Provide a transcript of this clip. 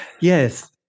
Yes